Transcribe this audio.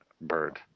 Bird